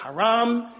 haram